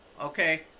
Okay